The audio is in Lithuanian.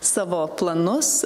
savo planus